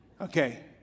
okay